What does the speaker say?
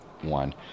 one